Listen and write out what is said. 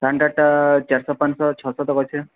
ଷ୍ଟାଣ୍ଡାର୍ଟାଟା ଚାରିଶହ ପାଞ୍ଚଶହ ଛଅଶହ ଅଛି